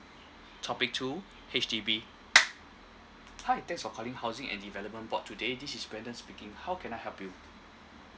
topic two H_D_B hi thanks for calling housing and development board today this is brandon speaking how can I help you